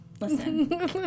listen